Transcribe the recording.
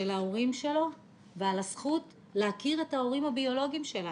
ההורים שלהם והזכות להכיר את ההורים הביולוגיים שלהם,